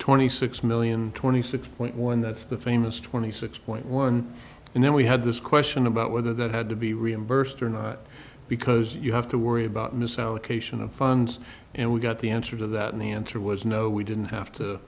twenty six million twenty six point one that's the famous twenty six point one and then we had this question about whether that had to be reimbursed or not because you have to worry about misallocation of funds and we got the answer to that and the answer was no we didn't have to